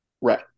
Right